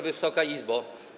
Wysoka Izbo!